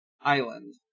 Island